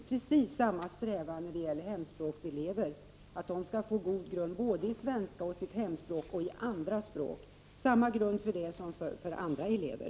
Precis samma strävan har vi när det gäller hemspråkselever, nämligen att de skall få en god grund både i svenska och i sitt hemspråk samt i andra språk. För dem finns här samma skäl som för andra elever.